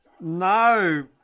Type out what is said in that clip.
No